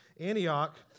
Antioch